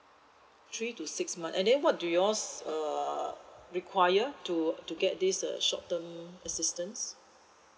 three to six months and then what do y'all err require to to get this uh short term assistance